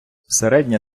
середня